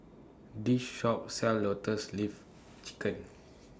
This Shop sells Lotus Leaf Chicken